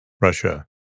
Russia